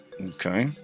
Okay